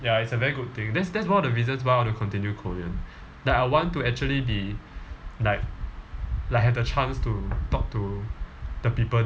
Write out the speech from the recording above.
ya it's a very good thing that's that's one of the reasons why I want to continue korean like I want to actually be like like have the chance to talk to the people